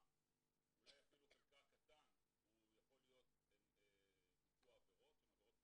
אולי אפילו חלקה הקטן הוא יכול להיות ביצוע עבירות שהן עבירות פליליות,